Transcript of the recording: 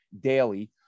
daily